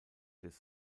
des